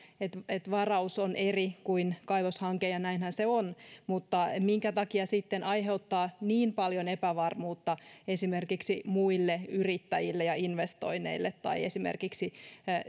että varaus on eri kuin kaivoshanke ja näinhän se on mutta minkä takia se sitten aiheuttaa niin paljon epävarmuutta esimerkiksi muille yrittäjille ja investoinneille tai esimerkiksi